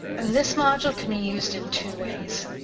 and this module can be used in two ways.